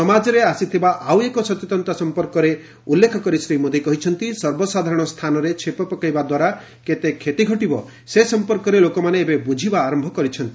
ସମାଜରେ ଆସିଥିବା ଆଉ ଏକ ସଚେତନତା ସମ୍ପର୍କରେ ଉଲ୍ଲେଖ କରି ଶ୍ରୀ ମୋଦି କହିଛନ୍ତି ସର୍ବସାଧାରଣ ସ୍ଥାନରେ ଛେପ ପକାଇବାଦ୍ୱାରା କେତେ କ୍ଷତି ଘଟିବ ସେ ସମ୍ପର୍କରେ ଲୋକମାନେ ଏବେ ବୁଝିବା ଆରମ୍ଭ କରିଛନ୍ତି